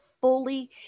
fully